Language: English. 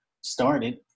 started